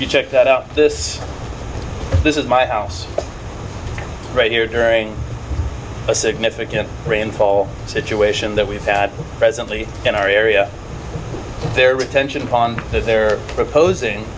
you check that out this this is my house right here during a significant rainfall situation that we've had presently in our area their retention pond that they're proposing